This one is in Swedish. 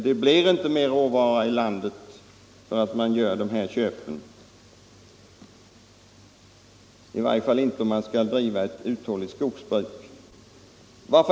Det blir inte mer råvara i landet genom sådana köp, i varje fall inte om man skall driva ett uthålligt skogsbruk.